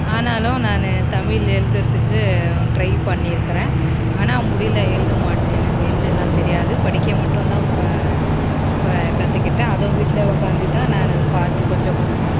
ஆனாலும் நான் தமிழ் எழுதுறதுக்கு ட்ரை பண்ணிருக்குறேன் ஆனால் முடியல எழுத மாட்டேன் எனக்கு எழுதலாம் தெரியாது படிக்க மட்டும் தான் இப்போ இப்போ கற்றுகிட்டேன் அதுவும் வீட்டில உக்காந்து தான் நான் பார்த்து கொஞ்ச கொஞ்சமாக